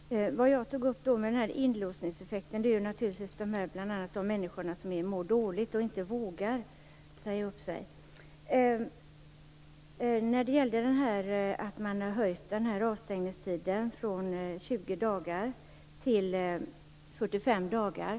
Fru talman! Det jag tog upp i fråga om den här inlåsningseffekten var naturligtvis bl.a. de människor som mår dåligt och som inte vågar säga upp sig. Jag vill säga något när det gäller att man har höjt den här avstängningstiden från 20 till 45 dagar.